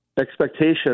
expectation